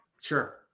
Sure